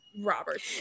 Robert